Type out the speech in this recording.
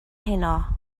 heno